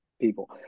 people